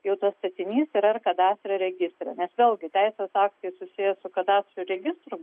jau tas statinys yra ir kadastro registre nes vėlgi teisės aktai susiję su kadastrų registru